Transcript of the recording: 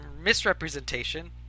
misrepresentation